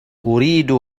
أريد